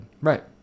Right